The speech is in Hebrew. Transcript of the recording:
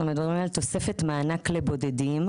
אנחנו מדברים על תוספת מענק לבודדים,